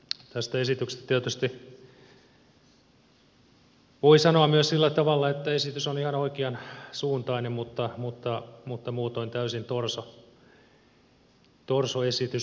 tästä esityksestä tietysti voi sanoa myös sillä tavalla että esitys on ihan oikeansuuntainen mutta muutoin täysin torso esitys